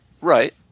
Right